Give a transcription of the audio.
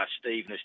Steve